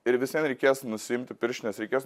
ir vis vien reikės nusiimti pirštines reikės